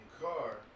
car